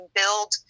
build